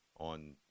on